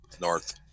North